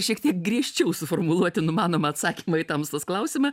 šiek tiek griežčiau suformuluoti numanomą atsakymą į tamstos klausimą